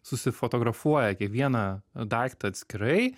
susifotografuoja kiekvieną a daiktą atskirai